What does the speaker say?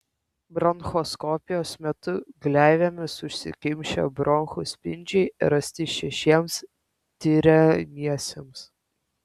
bronchoskopijos metu gleivėmis užsikimšę bronchų spindžiai rasti šešiems tiriamiesiems